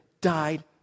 died